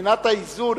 שמבחינת האיזון,